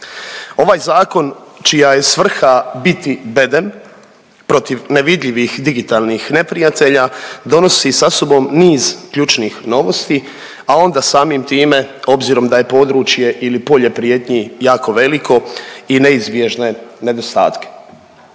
Ovaj zakon čija je svrha biti bedem protiv nevidljivih digitalnih neprijatelja donosi sa sobom niz ključnih novosti, a onda samim time obzirom da je područje ili polje prijetnji jako veliko i neizbježne nedostatke.